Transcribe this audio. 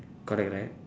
correct right